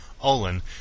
Olin